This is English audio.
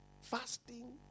fasting